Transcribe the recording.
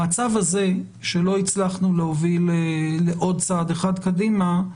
במצב הזה שלא הצלחנו להוביל לעוד צעד אחד קדימה,